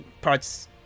parts